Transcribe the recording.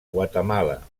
guatemala